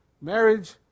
Marriage